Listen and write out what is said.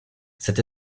cette